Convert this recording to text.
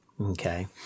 Okay